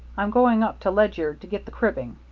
i'm going up to ledyard to get the cribbing.